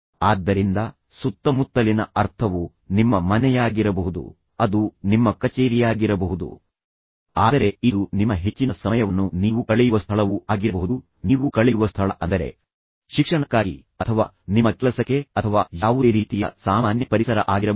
ಆದ್ದರಿಂದ ಸುತ್ತಮುತ್ತಲಿನ ಅರ್ಥವು ನಿಮ್ಮ ಮನೆಯಾಗಿರಬಹುದು ಅದು ನಿಮ್ಮ ಕಚೇರಿಯಾಗಿರಬಹುದು ಆದರೆ ಇದು ನಿಮ್ಮ ಹೆಚ್ಚಿನ ಸಮಯವನ್ನು ನೀವು ಕಳೆಯುವ ಸ್ಥಳವೂ ಆಗಿರಬಹುದು ನೀವು ಕಳೆಯುವ ಸ್ಥಳ ಅಂದರೆ ಶಿಕ್ಷಣಕ್ಕಾಗಿ ಅಥವಾ ನಿಮ್ಮ ಕೆಲಸಕ್ಕೆ ಅಥವಾ ಯಾವುದೇ ರೀತಿಯ ಸಾಮಾನ್ಯ ಪರಿಸರ ಆಗಿರಬಹುದು